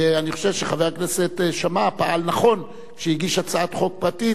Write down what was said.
ואני חושב שחבר הכנסת שאמה פעל נכון כשהגיש הצעת החוק פרטית,